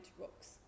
rocks